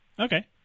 Okay